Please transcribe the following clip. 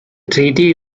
treaty